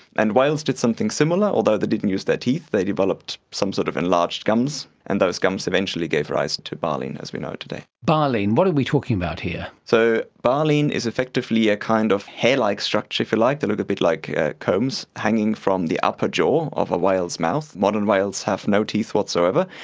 and whales did something similar, although they didn't use their teeth, they developed some sort of enlarged gums, and those gums eventually gave rise to baleen as we know today. baleen. what are we talking about here? so baleen is effectively a kind of hair-like structure, if you like, they look a bit like combs hanging from the upper jaw of a whale's mouth. modern whales have no teeth whatsoever,